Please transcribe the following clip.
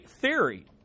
theory